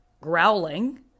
growling